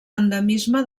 endemisme